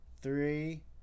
three